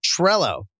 Trello